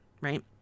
right